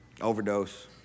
Overdose